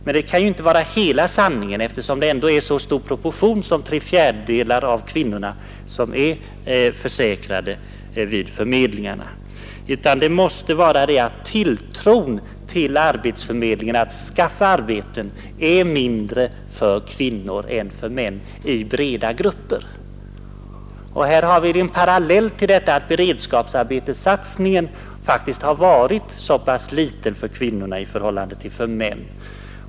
Men det kan inte vara hela sanningen, eftersom tre fjärdedelar av kvinnorna som är arbetslösa är försäkrade vid förmedlingarna. Orsaken måste vara att tilltron till att arbetsförmedlingarna skaffar arbete åt breda grupper av kvinnor är mindre än bland männen. Detta är en parallell till att satsningen på beredskapsarbeten för kvinnor faktiskt varit så liten i jämförelse med satsningen på beredskapsarbeten för män.